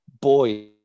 boy